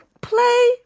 play